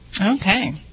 Okay